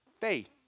faith